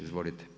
Izvolite.